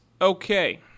okay